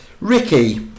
Ricky